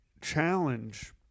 challenge